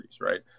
Right